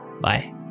Bye